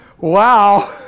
Wow